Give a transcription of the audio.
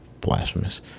blasphemous